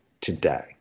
today